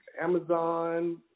amazon